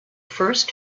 first